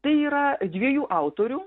tai yra dviejų autorių